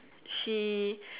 she